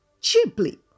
cheaply